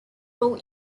role